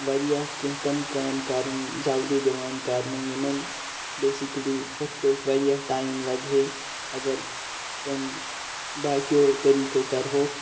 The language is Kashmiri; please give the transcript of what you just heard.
واریاہ کینٛہہ تِم کامہِ کَرنہ جلدی دِوان کَرنہ یِمَن بیسِکلی ہُتھ پٲٹھۍ واریاہ ٹایم لَگہے اَگَر تِم باقیو طٔریٖقو کَرہوکھ